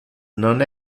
non